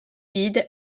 vide